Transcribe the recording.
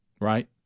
Right